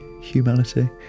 humanity